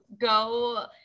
go